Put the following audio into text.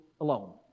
alone